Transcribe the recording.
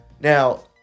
Now